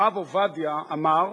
הרב עובדיה אמר: